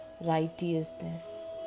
righteousness